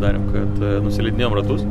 darėm tai nusileidinėjom ratus